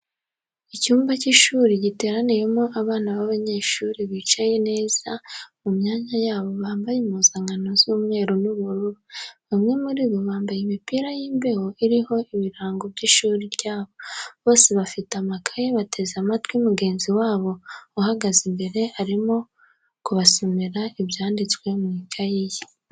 Icyumba cy'ishuri giteraniyemo abana b'abanyeshuri bicaye neza mu myanya yabo bambaye impuzankano z'umweru n'ubururu, bamwe muri bo bambaye imipira y'imbeho iriho ibirango by'ishuri ryabo, bose bafite amakaye bateze amatwi mugenzi wabo uhagaze imbere arimo kubasomera ibyanditse mu ikaye ye.